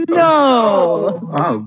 no